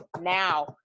now